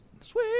sweet